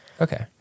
Okay